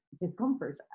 discomfort